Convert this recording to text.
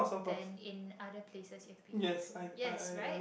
than in other places you've been into yes right